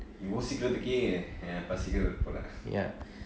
யோசிக்கரதுக்கு எனக்கு பசிக்கிது இப்ப:yosikrathukku ennaku pasikithu ippa